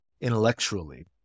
intellectually